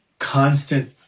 constant